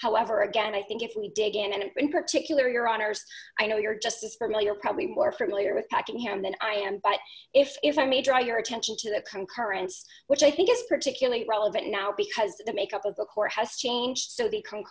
however again i think if we dig in and in particular your honour's i know you're just as for mill you're probably more familiar with backing him than i am but if if i may draw your attention to the concurrence which i think is particularly relevant now because the make up of the court has changed so